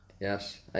Yes